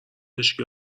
هیچکی